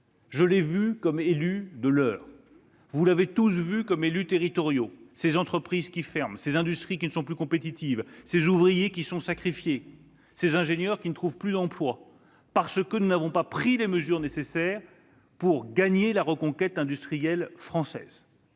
Moi, comme élu de l'Eure, vous comme élus territoriaux, nous avons tous vu ces entreprises qui ferment, ces industries qui ne sont plus compétitives, ces ouvriers qui sont sacrifiés, ces ingénieurs qui ne trouvent plus d'emploi, parce que nous n'avons pas pris les mesures nécessaires pour engager la reconquête industrielle française.